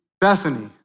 Bethany